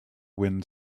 wind